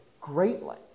greatly